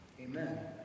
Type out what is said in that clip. Amen